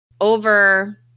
over